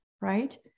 right